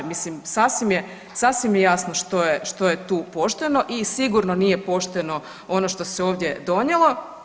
Mislim sasvim je, sasvim je jasno što je tu pošteno i sigurno nije pošteno ono što se ovdje donijelo.